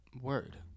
Word